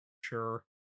Sure